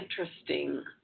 interesting